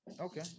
okay